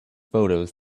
photos